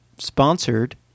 sponsored